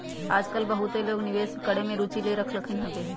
याजकाल बहुते लोग निवेश करेमे में रुचि ले रहलखिन्ह हबे